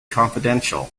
confidential